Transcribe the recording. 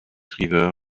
river